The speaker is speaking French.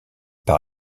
par